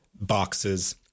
boxes